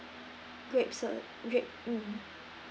grape sod~ grape mm